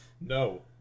No